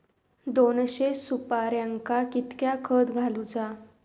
दोनशे सुपार्यांका कितक्या खत घालूचा?